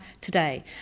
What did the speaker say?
today